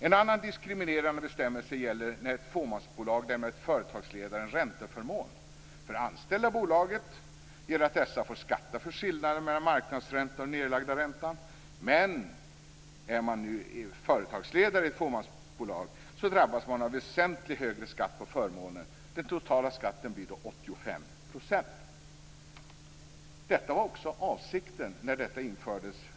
En annan diskriminerande bestämmelse gäller när ett fåmansbolag lämnar företagsledaren en ränteförmån. För anställda i bolaget gäller att dessa får skatta för skillnaden mellan marknadsräntan och nedlagda räntan. Är man företagsledare i fåmansbolag drabbas man av väsentligt högre skatt på förmånen. Den totala skatten blir då 85 %. Det var avsikten när detta infördes.